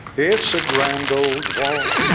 it's a grand old wall.